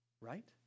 right